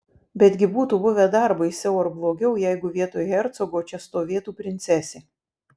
betgi būtų buvę dar baisiau ar blogiau jeigu vietoj hercogo čia stovėtų princesė